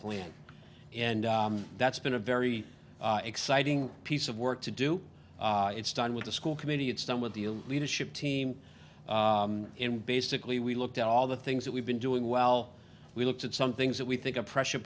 plan and that's been a very exciting piece of work to do it's done with the school committee it's done with the leadership team and basically we looked at all the things that we've been doing well we looked at some things that we think a pressure